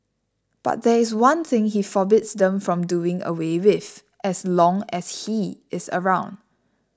but there is one thing he forbids them from doing away with as long as he is around